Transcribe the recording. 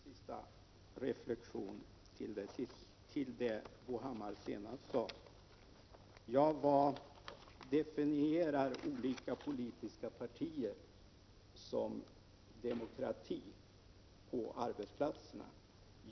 Herr talman! Bara en sista reflexion över det Bo Hammar senast sade! Jag accepterar att politiska partier ser olika på vad som är demokrati på arbetsplatserna.